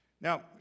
Now